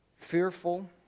fearful